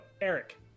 Eric